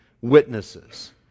witnesses